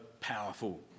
powerful